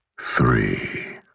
three